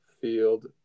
field